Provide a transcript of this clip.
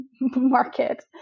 market